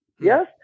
yes